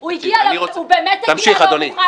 הוא באמת הגיע לא מוכן,